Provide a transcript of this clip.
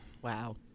Wow